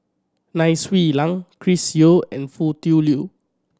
Nai Swee Leng Chris Yeo and Foo Tui Liew